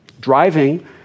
Driving